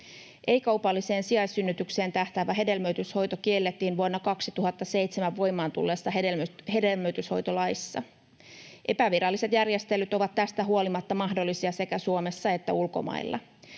Ei-kaupalliseen sijaissynnytykseen tähtäävä hedelmöityshoito kiellettiin vuonna 2007 voimaan tulleessa hedelmöityshoitolaissa. Epäviralliset järjestelyt ovat tästä huolimatta mahdollisia sekä Suomessa että ulkomailla.